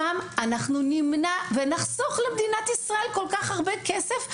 שם אנחנו נמנע ונחסוך למדינת ישראל כל כך הרבה כסף.